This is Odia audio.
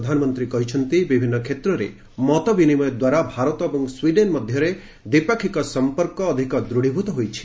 ପ୍ରଧାନମନ୍ତ୍ରୀ କହିଛନ୍ତି ବିଭିନ୍ନ କ୍ଷେତ୍ରରେ ମତବିନିମୟ ଦ୍ୱାରା ଭାରତ ଏବଂ ସ୍ପିଡେନ ମଧ୍ୟରେ ଦ୍ୱିପାକ୍ଷିକ ସମ୍ପର୍କ ଅଧିକ ଦୃଢୀଭୂତ ହୋଇଛି